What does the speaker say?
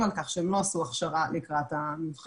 על כך שהם לא עשו הכשרה לקראת המבחן,